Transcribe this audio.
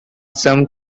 some